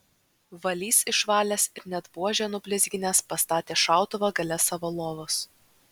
valys išvalęs ir net buožę nublizginęs pastatė šautuvą gale savo lovos